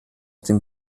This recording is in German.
dem